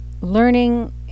learning